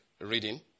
reading